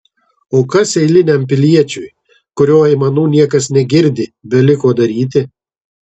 o kas eiliniam piliečiui kurio aimanų niekas negirdi beliko daryti